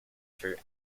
through